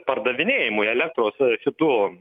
pardavinėjimui elektros šitų